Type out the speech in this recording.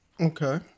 okay